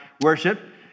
worship